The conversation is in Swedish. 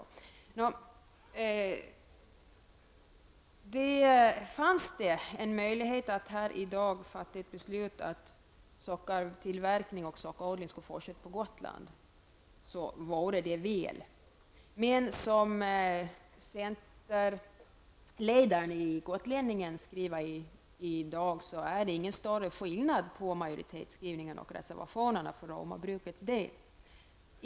Om det fanns en möjlighet att här i dag fatta ett beslut om att sockertillverkning och sockerbetsodling skulle fortsätta på Gotland vore det väl. Men som centerledaren skriver i dag i Gotlänningen är det för Romabrukets del ingen större skillnad mellan majoritetsskrivningen och reservationerna.